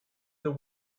the